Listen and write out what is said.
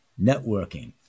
Networking